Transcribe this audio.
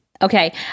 Okay